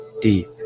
deep